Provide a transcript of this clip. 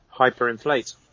hyperinflate